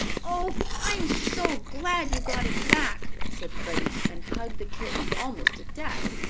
oh, i'm so glad you got him back! said freddie and hugged the kitten almost to death.